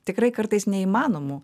tikrai kartais neįmanomų